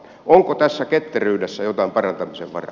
onko tässä ketteryydessä jotain parantamisen varaa